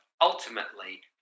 ultimately